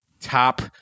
top